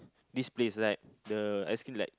this place right the ice cream like